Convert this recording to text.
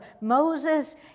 Moses